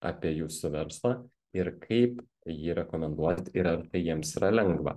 apie jūsų verslą ir kaip jį rekomenduoti ir ar tai jiems yra lengva